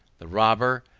the robber,